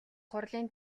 хурлын